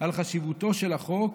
על חשיבותו של החוק,